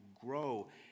grow